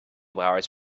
hours